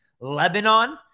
Lebanon